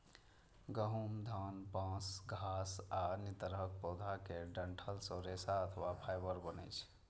गहूम, धान, बांस, घास आ अन्य तरहक पौधा केर डंठल सं रेशा अथवा फाइबर बनै छै